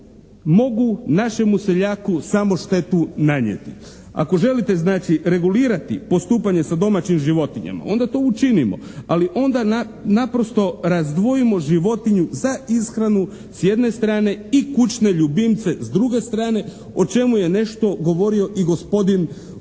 mogu našemu seljaku samo štetu nanijeti. Ako želite znači regulirati postupanje sa domaćim životinjama, onda to učinimo. Ali onda naprosto razdvojimo životinju za ishranu s jedne strane i kućne ljubimce s druge strane o čemu je nešto govorio i gospodin